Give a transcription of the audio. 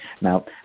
Now